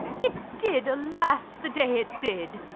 it did alas the day, it did!